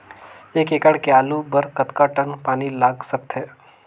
एक एकड़ के आलू बर कतका टन पानी लाग सकथे?